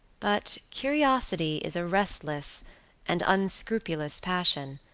but curiosity is a restless and unscrupulous passion,